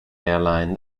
airline